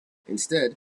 instead